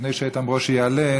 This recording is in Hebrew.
לפני שאיתן ברושי יעלה,